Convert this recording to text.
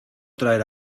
traer